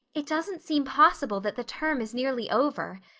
it doesn't seem possible that the term is nearly over,